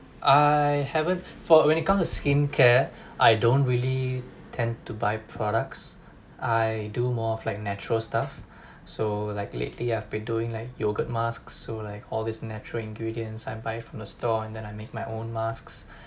I haven't followed when it comes to skincare I don't really tend to buy products I do more of like natural stuff so like lately I've been doing like yogurt mask so like all this natural ingredients I buy from the store and then I make my own masks